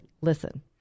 listen